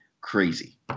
crazy